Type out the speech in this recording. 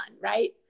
right